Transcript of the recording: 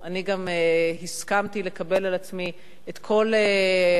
אני גם הסכמתי לקבל על עצמי את כל ההגבלות